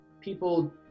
people